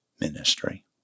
ministry